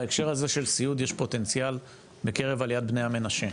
בהקשר הזה של סיעוד יש פוטנציאל בקרב עליית בני המנשה.